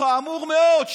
חמור מאוד,